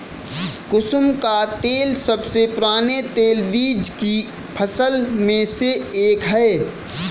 कुसुम का तेल सबसे पुराने तेलबीज की फसल में से एक है